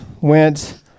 went